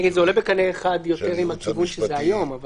זה עולה בקנה אחד יותר עם הכיוון שזה היום.